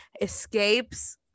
escapes